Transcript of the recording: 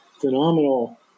phenomenal